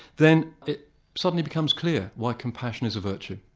then it suddenly becomes clear why compassion is a virtue,